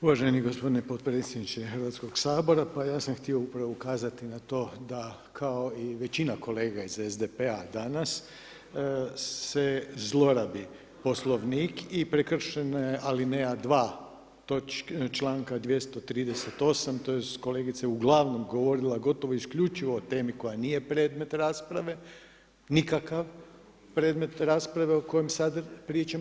Uvaženi gospodine potpredsjedniče Hrvatskog sabora, pa ja sam htio upravo ukazati na to da kao i većina kolega iz SDP-a danas se zlorabi Poslovnik i prekršena je alineja 2. članka 238. tj. kolegica je uglavnom govorila gotovo isključivo o temi koja nije predmet rasprave, nikakav predmet rasprave o kojem sad pričamo.